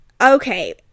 Okay